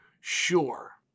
sure